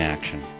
Action